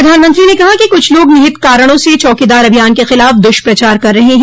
प्रधानमंत्री ने कहा कि कुछ लोग निहित कारणों से चौकीदार अभियान के खिलाफ दुष्प्रचार कर रहे हैं